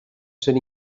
ser